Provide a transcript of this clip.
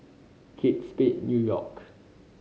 Kate Spade New York